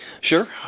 Sure